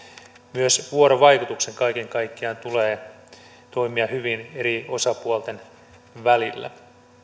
myös vuorovaikutuksen kaiken kaikkiaan tulee toimia hyvin eri osapuolten välillä